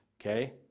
okay